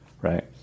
right